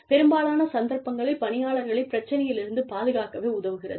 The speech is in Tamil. பெரும்பாலான சந்தர்ப்பங்களில் பணியாளர்களைப் பிரச்சனையிலிருந்து பாதுகாக்கவே உதவுகிறது